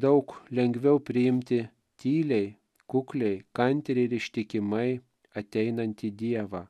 daug lengviau priimti tyliai kukliai kantriai ir ištikimai ateinantį dievą